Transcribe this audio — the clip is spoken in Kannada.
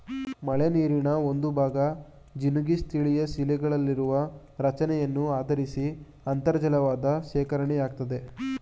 ಮಳೆನೀರಿನ ಒಂದುಭಾಗ ಜಿನುಗಿ ಸ್ಥಳೀಯಶಿಲೆಗಳಲ್ಲಿರುವ ರಚನೆಯನ್ನು ಆಧರಿಸಿ ಅಂತರ್ಜಲವಾಗಿ ಶೇಖರಣೆಯಾಗ್ತದೆ